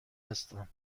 هستم